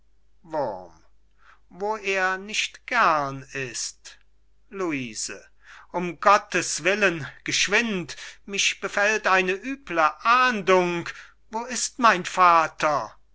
wo er nicht gern ist luise um gotteswillen geschwind mich befällt eine üble ahnung wo ist mein vater